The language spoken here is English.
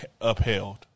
upheld